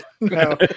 no